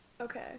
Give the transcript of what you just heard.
Okay